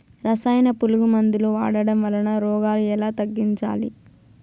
రసాయన పులుగు మందులు వాడడం వలన రోగాలు ఎలా తగ్గించాలి?